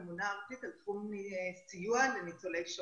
ממונה ארצית על תחום סיוע לניצולי שואה,